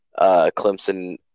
Clemson